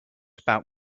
about